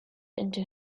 into